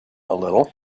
little